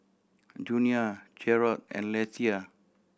Junia Jerrod and Lethia